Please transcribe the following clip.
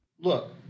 Look